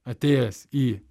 atėjęs į